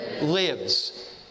lives